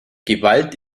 gewalt